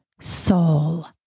soul